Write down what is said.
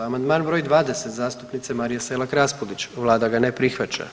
Amandman br. 20 zastupnice Marije Selak Raspudić, Vlada ga ne prihvaća.